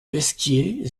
pesquier